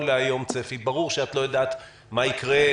להיום צפי ברור שאת לא יודעת מה יקרה,